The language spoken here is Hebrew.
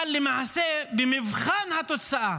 אבל למעשה, במבחן התוצאה,